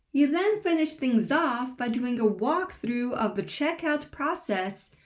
you then finish things off by doing a walkthrough of the checkout process,